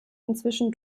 inzwischen